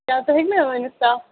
کیٛاہ تُہۍ ہٮ۪کہٕ ؤنِتھ صا